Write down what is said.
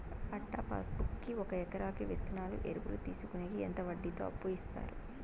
పట్టా passbook కి ఒక ఎకరాకి విత్తనాలు, ఎరువులు తీసుకొనేకి ఎంత వడ్డీతో అప్పు ఇస్తారు?